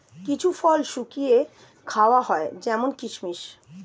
কিছু ফল শুকিয়ে খাওয়া হয় যেমন কিসমিস